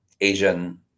Asian